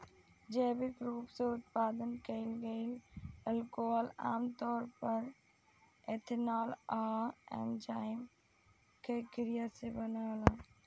जैविक रूप से उत्पादन कईल गईल अल्कोहल आमतौर पर एथनॉल आ एन्जाइम के क्रिया से बनावल